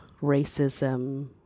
racism